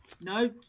No